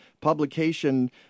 publication